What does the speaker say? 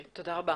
תודה רבה.